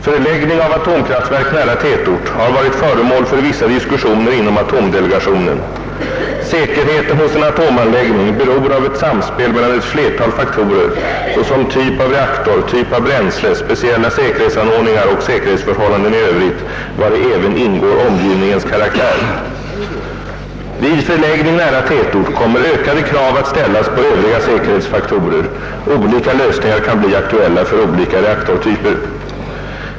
Förläggning av atomkraftverk nära tätort har varit föremål för vissa diskussioner inom atomdelegationen. Säkerheten hos en atomanläggning beror av ett samspel mellan ett flertal faktorer, såsom typ av reaktor, typ av bränsle, speciella säkerhetsanordningar och säkerhetsförhållanden i övrigt, vari även ingår omgivningens karaktär. Vid förläggning nära tätort kommer ökade krav att ställas på övriga säkerhetsfaktorer. Olika lösningar kan bli aktuella för olika reaktortyper.